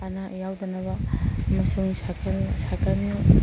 ꯑꯅꯥ ꯑꯌꯦꯛ ꯌꯥꯎꯗꯅꯕ ꯑꯃꯁꯨꯡ ꯁꯥꯏꯀꯜ